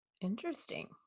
Interesting